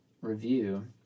review